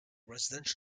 residential